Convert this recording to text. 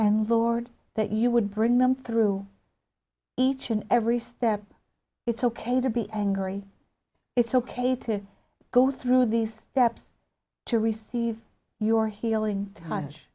and board that you would bring them through each and every step it's ok to be angry it's ok to go through these steps to receive your healing touch